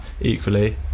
equally